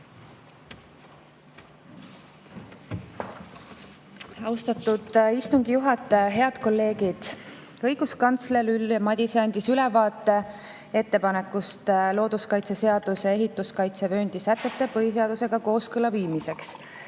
Austatud istungi juhataja! Head kolleegid! Õiguskantsler Ülle Madise andis ülevaate ettepanekust looduskaitseseaduse ehituskaitsevööndi sätete põhiseadusega kooskõlla viimiseks